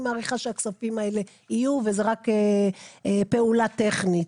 מניחה שהכספים יהיו וזה רק פעולה טכנית.